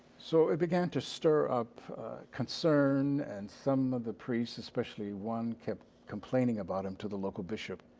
so it began to stir up concern. and some of the priests, especially one kept complaining about him to the local bishop.